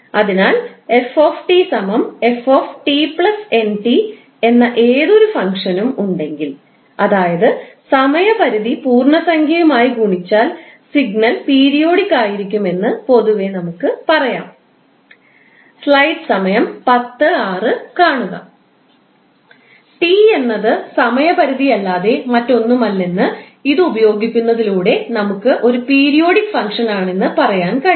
അതിനാൽ 𝑓𝑡 𝑓𝑡 𝑛𝑇 എന്ന ഏതൊരു ഫംഗ്ഷനും ഉണ്ടെങ്കിൽ അതായത് സമയപരിധി പൂർണ്ണസംഖ്യ യുമായി ഗുണിച്ചാൽ സിഗ്നൽ പിരിയോടിക് ആയിരിക്കും എന്ന് പൊതുവേ നമുക്ക് പറയാം ടി എന്നത് സമയപരിധിയല്ലാതെ മറ്റൊന്നുമല്ലെന്നും ഇത് ഉപയോഗിക്കുന്നതിലൂടെ നമുക്ക് അത് ഒരു പീരിയോഡിക് ഫംഗ്ഷൻ ആണെന്ന് പറയാൻ കഴിയും